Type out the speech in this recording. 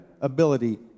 ability